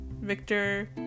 Victor